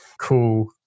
cool